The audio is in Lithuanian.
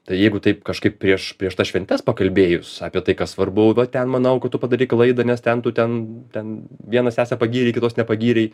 tai jeigu taip kažkaip prieš prieš tas šventes pakalbėjus apie tai kas svarbu va ten manau kad tu padarei klaidą nes ten tu ten ten vieną sesę pagyrei kitos nepagyrei